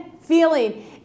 feeling